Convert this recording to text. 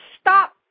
stop